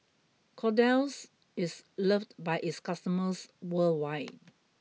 Kordel's is loved by its customers worldwide